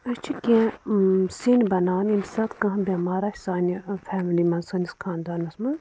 اَسہِ چھُ کیٚنٛہہ سِیُن بنان ییٚمہٕ ساتہٕ کانٛہہ بٮ۪مار آسہِ سانہِ فیملی منٛز سٲنِس خانٛدانس منٛز